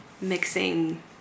mixing